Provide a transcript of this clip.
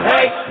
Hey